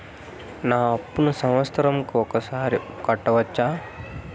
నా అప్పును సంవత్సరంకు ఒకసారి కట్టవచ్చా?